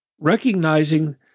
recognizing